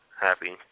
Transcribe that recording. happy